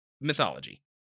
mythology